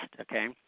okay